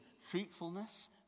fruitfulness